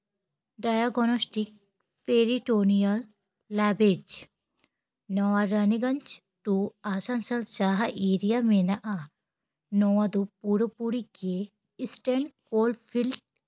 diagnostic peritoneal lavage ᱱᱚᱣᱟ Raniganj to Asansol ᱡᱟᱦᱟᱸ area ᱢᱮᱱᱟᱜᱼᱟ ᱱᱚᱣᱟ ᱫᱚ ᱯᱩᱨᱟᱹᱯᱩᱨᱤ ᱜᱮ ᱤᱥᱴᱮᱱ ᱠᱳᱞᱰᱯᱷᱤᱞᱰ